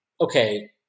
okay